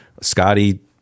Scotty